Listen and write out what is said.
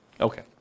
Okay